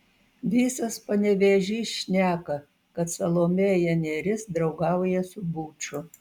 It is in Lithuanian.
visas panevėžys šneka kad salomėja nėris draugauja su buču